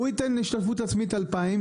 הוא ייתן השתתפות עצמית של 2,000,